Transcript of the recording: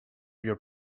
your